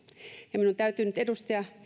ja minun täytyy nyt edustaja